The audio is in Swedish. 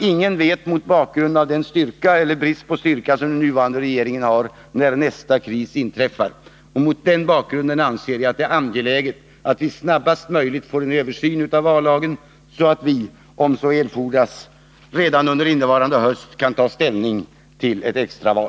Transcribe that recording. Ingen vet, mot bakgrund av den styrka eller brist på styrka som den nuvarande regeringen har, när nästa kris inträffar. Mot den bakgrunden anser jag att det är angeläget att vi snarast möjligt får en översyn av vallagen, så att vi om så erfordras redan under innevarande höst kan ta ställning till ett extra val.